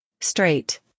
straight